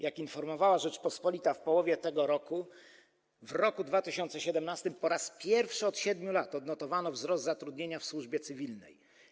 Jak informowała „Rzeczpospolita” w połowie tego roku w roku 2017 po raz pierwszy od 7 lat odnotowano wzrost zatrudnienia w służbie cywilnej.